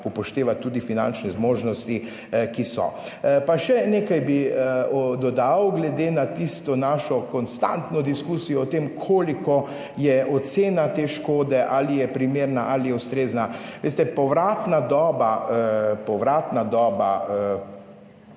upoštevati tudi finančne zmožnosti, ki so. Pa še nekaj bi dodal, glede na tisto našo konstantno diskusijo o tem koliko je ocena te škode, ali je primerna ali je ustrezna. Veste, povratna doba